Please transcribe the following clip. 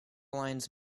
lines